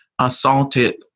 assaulted